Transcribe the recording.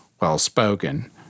well-spoken